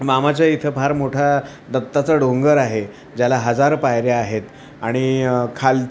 मामाच्या इथं फार मोठा दत्ताचा डोंगर आहे ज्याला हजार पायऱ्या आहेत आणि खाल